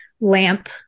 lamp